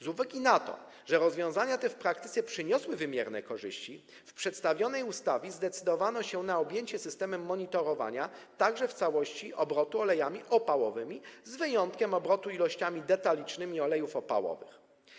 Z uwagi na to, że rozwiązania te w praktyce przyniosły wymierne korzyści, w przedstawionej ustawie zdecydowano się na objęcie systemem monitorowania także w całości obrotu olejami opałowymi, z wyjątkiem obrotu ilościami detalicznymi olejów opałowych.